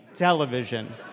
Television